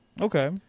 Okay